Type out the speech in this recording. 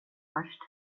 först